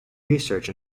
research